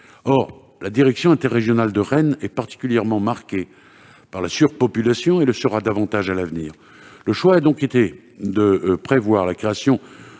Or la direction interrégionale des services pénitentiaires Grand-Ouest est particulièrement marquée par la surpopulation et le sera davantage à l'avenir. Le choix a donc été de prévoir la création